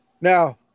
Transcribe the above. Now